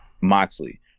Moxley